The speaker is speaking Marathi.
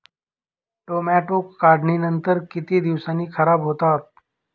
टोमॅटो काढणीनंतर किती दिवसांनी खराब होतात?